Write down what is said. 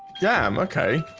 yeah i'm okay